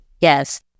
Yes